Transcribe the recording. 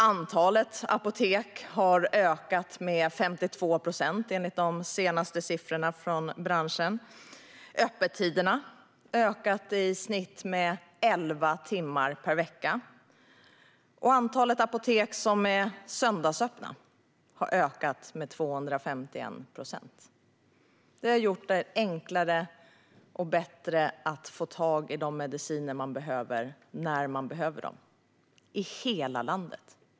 Antalet apotek har ökat med 52 procent, enligt de senaste siffrorna från branschen. Öppettiderna har ökat med i snitt elva timmar per vecka. Antalet apotek som är söndagsöppna har ökat med 251 procent. Detta har gjort det enklare att på ett bättre sätt få tag i de mediciner man behöver när man behöver dem - i hela landet.